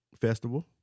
festival